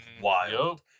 wild